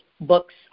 Books